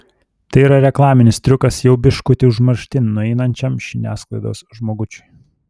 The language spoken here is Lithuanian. tai yra reklaminis triukas jau biškutį užmarštin nueinančiam žiniasklaidos žmogučiui